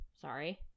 sorry